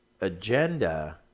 agenda